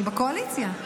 היא בקואליציה,